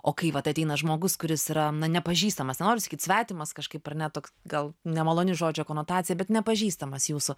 o kai vat ateina žmogus kuris yra na nepažįstamas nenoriu sakyt svetimas kažkaip ar ne toks gal nemaloni žodžio konotacija bet nepažįstamas jūsų